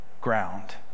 ground